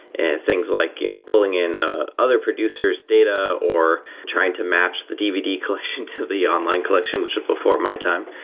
and things like you know pulling in ah other producers, data or trying to match the dvd collection to the online collection, which before my time.